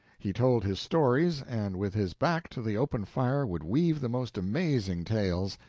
he told his stories, and with his back to the open fire would weave the most amazing tales,